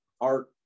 art